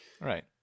Right